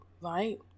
right